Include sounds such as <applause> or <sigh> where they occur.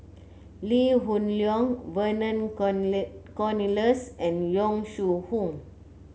Lee Hoon Leong Vernon <unintelligible> Cornelius and Yong Shu Hoong